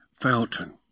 fountain